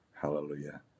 Hallelujah